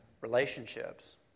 Relationships